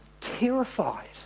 terrified